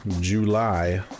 July